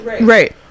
Right